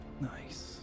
Nice